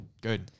good